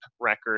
record